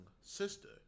sister